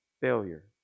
failure